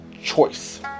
choice